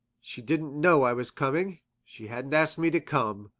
she didn't know i was coming she hadn't asked me to come.